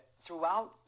throughout